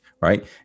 right